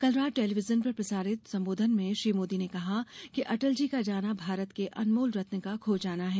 कल रात टेलिविजन पर प्रसारित संबोधन में श्री मोदी ने कहा कि अटल जी का जाना भारत के अनमोल रत्न का खो जाना है